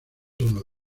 uno